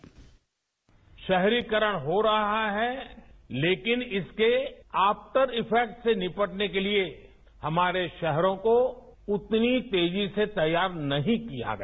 bite शहरीकरण हो रहा है लेकिन इसके आफटर इफेक्टिव से निपटने के लिए हमारे शहरों को उतनी तेजी से तैयार नहीं किया गया